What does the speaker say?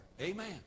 Amen